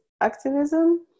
activism